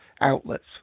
outlets